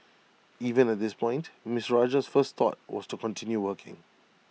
even at this point Ms Rajah's first thought was to continue working